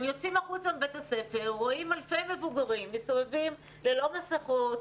הם יוצאים החוצה מבית הספר והם רואים אלפי מבוגרים מסתובבים ללא מסכות,